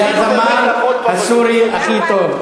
זה האמן הסורי הכי טוב.